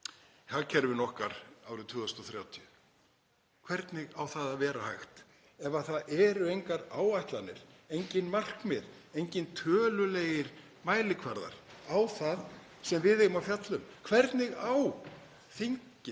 hagkerfinu okkar árið 2030? Hvernig á það að vera hægt ef það eru engar áætlanir, engin markmið, engir tölulegir mælikvarðar á það sem við eigum að fjalla um? Hvernig á þingið,